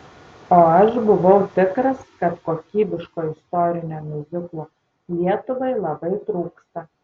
o aš buvau tikras kad kokybiško istorinio miuziklo lietuvai labai trūksta